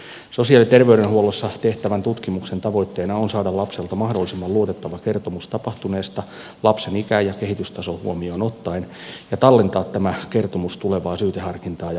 sosiaali ja ter veydenhuollossa tehtävän tutkimuksen tavoitteena on saada lapselta mahdollisimman luotettava kertomus tapahtuneesta lapsen ikä ja kehitystaso huomioon ottaen ja tallentaa tämä kertomus tulevaa syyteharkintaa ja oikeusprosessia varten